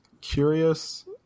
curious